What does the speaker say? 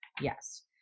Yes